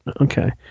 Okay